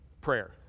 prayer